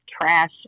trash